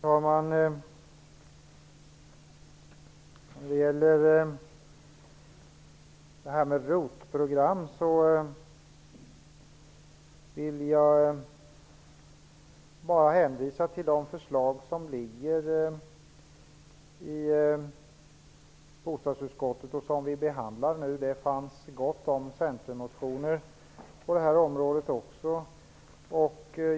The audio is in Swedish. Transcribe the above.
Herr talman! När det gäller ROT-program vill jag bara hänvisa till de förslag som vi behandlar i bostadsutskottet nu. Det fanns gott om centermotioner på detta område också.